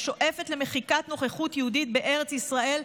השואפת למחיקת נוכחות יהודית בארץ ישראל,